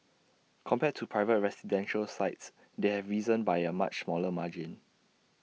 compared to private residential sites they have risen by A much smaller margin